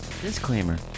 Disclaimer